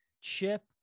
Chip